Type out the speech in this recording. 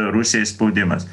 rusijai spaudimas